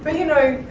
but you know,